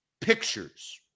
pictures